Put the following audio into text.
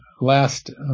Last